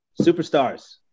superstars